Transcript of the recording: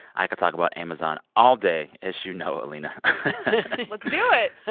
i could talk about amazon all day, as you know, alina let's do it.